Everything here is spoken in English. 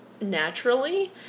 naturally